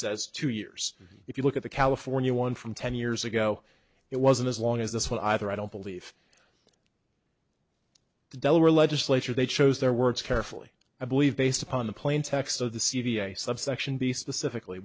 says two years if you look at the california one from ten years ago it wasn't as long as this one either i don't believe the delaware legislature they chose their words carefully i believe based upon the plain text of the c d a subsection be specifically